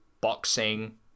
boxing